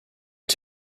are